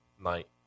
night